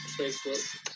Facebook